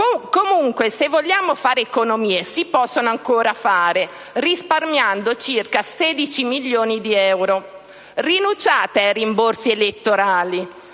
caso, se vogliamo fare economie, ancora si possono fare, risparmiando circa 16 milioni di euro. Rinunciate ai rimborsi elettorali.